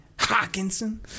Hawkinson